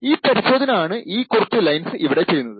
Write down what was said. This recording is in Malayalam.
ഈ പരിശോധന ആണ് ഈ കുറച്ച് ലൈൻസ് ഇവിടെ ചെയ്യുന്നത്